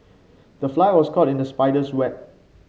the fly was caught in the spider's web